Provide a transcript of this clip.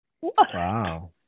wow